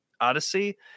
Odyssey